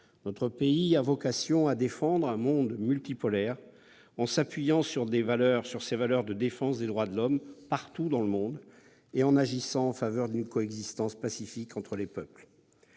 Notre pays a vocation à défendre un monde multipolaire en s'appuyant sur ses valeurs de défense des droits de l'homme partout dans le monde et en agissant en faveur d'une coexistence pacifique entre les peuples.